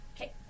Okay